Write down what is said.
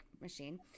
machine